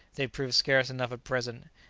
they proved scarce enough at present,